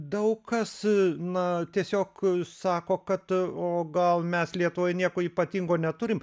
daug ką su na tiesiog sako kad tu o gal mes lietuvoje nieko ypatingo neturime